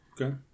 okay